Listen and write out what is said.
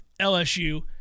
LSU